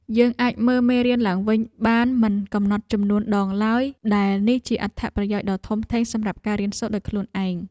យើងអាចមើលមេរៀនឡើងវិញបានមិនកំណត់ចំនួនដងឡើយដែលនេះជាអត្ថប្រយោជន៍ដ៏ធំធេងសម្រាប់ការរៀនសូត្រដោយខ្លួនឯង។